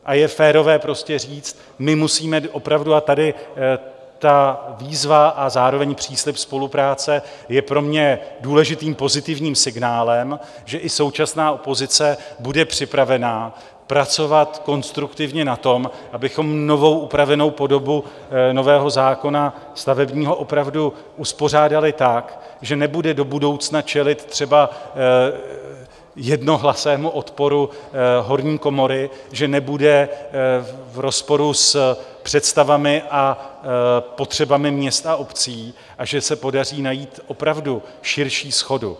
A je férové říct a tady ta výzva a zároveň příslib spolupráce je pro mě důležitým pozitivním signálem že i současná opozice bude připravená pracovat konstruktivně na tom, abychom novou upravenou podobu nového stavebního zákona opravdu uspořádali tak, že nebude do budoucna čelit třeba jednohlasému odporu horní komory, že nebude v rozporu s představami a potřebami měst a obcí a že se podaří najít opravdu širší shodu.